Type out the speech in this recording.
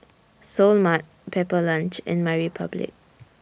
Seoul Mart Pepper Lunch and MyRepublic